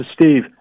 Steve